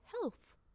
health